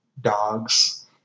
dogs